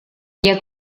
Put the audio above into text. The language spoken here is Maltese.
jekk